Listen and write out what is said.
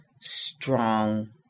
strong